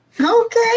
Okay